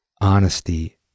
honesty